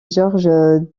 george